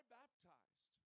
baptized